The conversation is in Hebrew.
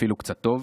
ואפילו קצת טוב,